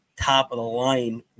top-of-the-line